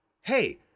hey